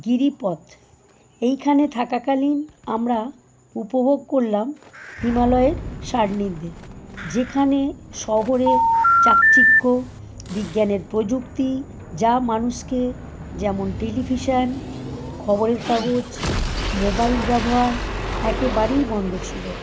গিরিপথ এইখানে থাকাকালীন আমরা উপভোগ করলাম হিমালয়ের সান্নিধ্যে যেখানে শহরে চাকচিক্য বিজ্ঞানের প্রযুক্তি যা মানুষকে যেমন টেলিভিশন খবরের কাগজ মোবাইল ব্যবহার একেবারেই বন্ধ ছিল